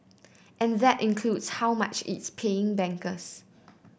and that includes how much it's paying bankers